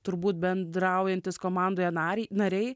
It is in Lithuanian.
turbūt bendraujantys komandoje narį nariai